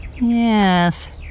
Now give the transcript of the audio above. Yes